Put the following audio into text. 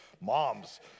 moms